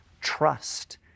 trust